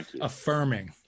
affirming